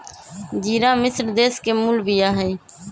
ज़िरा मिश्र देश के मूल बिया हइ